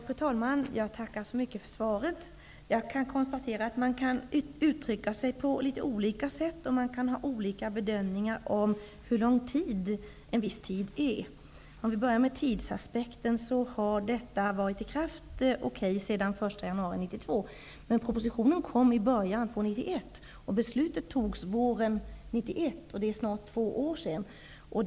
Fru talman! Jag tackar så mycket för svaret. Jag kan konstatera att man kan uttrycka sig på litet olika sätt och man kan göra olika bedömningar om hur lång en viss tid är. Låt mig börja med tidsaspekten. Detta har varit i kraft sedan den 1 januari 1992, men propositionen kom i början av 1991, och beslutet fattades våren 1991. Det är snart två år sedan.